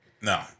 No